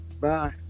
Bye